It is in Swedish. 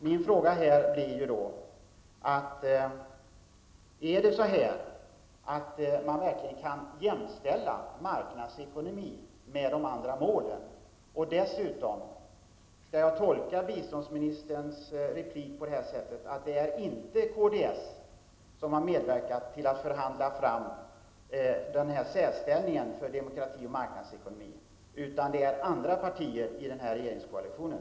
Min fråga blir då: Kan man verkligen jämställa inriktningen på marknadsekonomi med de andra målen? Och dessutom: Skall jag tolka biståndsministerns replik så, att kds inte har medverkat till att förhandla fram denna särställning för demokrati och marknadsekonomi, utan att detta har gjorts av andra partier i regeringskoalitionen?